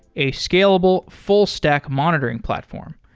a scalable, full-stack monitoring platform.